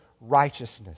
righteousness